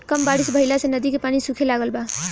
कम बारिश भईला से नदी के पानी सूखे लागल बा